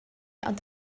ond